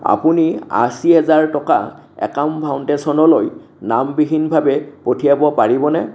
আপুনি আশী হাজাৰ টকা একাম ফাউণ্ডেশ্যনলৈ নামবিহীনভাৱে পঠিয়াব পাৰিবনে